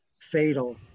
fatal